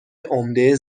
عمده